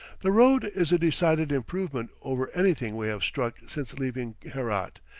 the road is a decided improvement over anything we have struck since leaving herat,